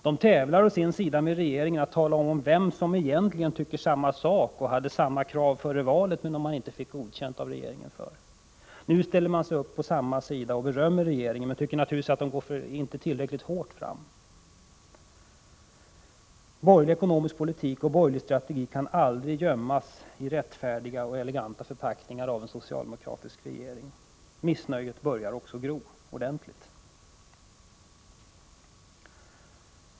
De borgerliga å sin sida tävlar med regeringen om vilka som egentligen tycker samma sak och som egentligen sade samma sak före valet, trots att de då inte fick godkänt för det av socialdemokratin. Nu ställer man upp sig på samma sida som regeringen och berömmer den, även om man naturligtvis inte tycker att den går tillräckligt hårt fram. Borgerlig ekonomisk politik och borgerlig strategi kan aldrig av en socialdemokratisk regering gömmas i rättfärdiga och eleganta förpackningar. Missnöjet börjar också gro ordentligt.